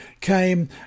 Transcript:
came